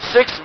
Six